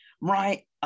right